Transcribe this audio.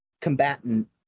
combatant